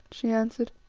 she answered,